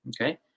okay